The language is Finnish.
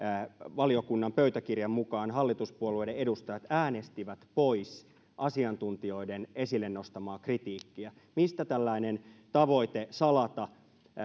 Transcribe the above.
valiokunnan pöytäkirjan mukaan hallituspuolueiden edustajat äänestivät pois asiantuntijoiden esille nostamaa kritiikkiä mistä tällainen tavoite salata